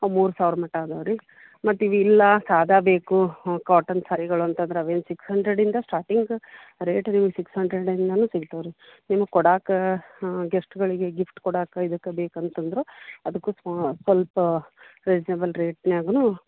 ಅವು ಮೂರು ಸಾವಿರ ಮಟ ಅದಾವೆ ರೀ ಮತ್ತು ಇದಿಲ್ಲ ಸಾದಾ ಬೇಕು ಕಾಟನ್ ಸಾರಿಗಳು ಅಂತಂದ್ರೆ ಅದೇನು ಸಿಕ್ಸ್ ಹಂಡ್ರೆಡಿಂದ ಸ್ಟಾರ್ಟಿಂಗ ರೇಟ್ ನಿಮಗೆ ಸಿಕ್ಸ್ ಹಂಡ್ರೆಡಿಂದನೂ ಸಿಕ್ತಾವೆ ರೀ ನಿಮಗೆ ಕೊಡಕ್ಕ ಗೆಸ್ಟ್ಗಳಿಗೆ ಗಿಫ್ಟ್ ಕೊಡಕ್ಕೆ ಇದಕ್ಕೆ ಬೇಕಂತಂದರೂ ಅದಕ್ಕೂ ಸ್ವಲ್ಪ ರೀಸ್ನೇಬಲ್ ರೇಟ್ನ್ಯಾಗೂನು